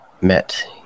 met